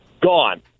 Gone